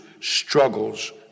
struggles